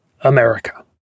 America